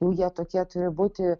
nu jie tokie turi būti